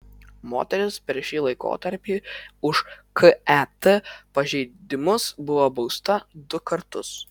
moteris per šį laikotarpį už ket pažeidimus buvo bausta du kartus